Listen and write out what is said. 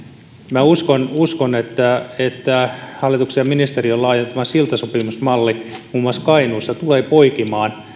minä uskon uskon että että hallituksen ja ministeriön laajentama siltasopimusmalli muun muassa kainuussa tulee poikimaan